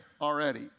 already